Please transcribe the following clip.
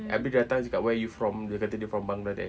habis dia datang I cakap where are you from dia kata dia from bangladesh